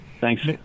Thanks